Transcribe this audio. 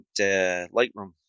Lightroom